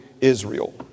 Israel